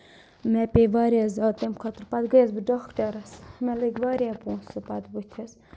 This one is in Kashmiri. مےٚ پیٚیہِ واریاہ زیادٕ تَمہِ خٲطرٕ پَتہٕ گٔیَس بہٕ ڈاکٹَرَس مےٚ لٔگۍ واریاہ پونٛسہٕ پَتہٕ بٕتھِس